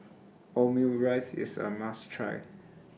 Omurice IS A must Try